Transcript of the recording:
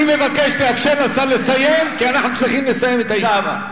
אני מבקש לאפשר לשר לסיים כי אנחנו צריכים לסיים את הישיבה.